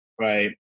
right